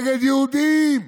נגד יהודים.